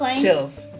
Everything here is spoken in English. Chills